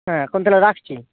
হ্যাঁ এখন তাহলে রাখছি